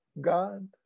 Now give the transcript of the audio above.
God